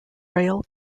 rail